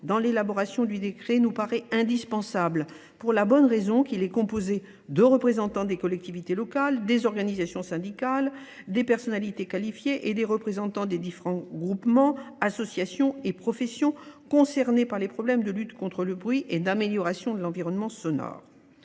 dans l'élaboration du décret nous paraît indispensable pour la bonne raison qu'il est composé de représentants des collectivités locales, des organisations syndicales, des personnalités qualifiées et des représentants des différents groupements, associations et professions concernés par les problèmes de lutte contre le bruit et d'amélioration de l'environnement sonore.